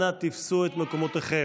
אנא תפסו את מקומותיכם.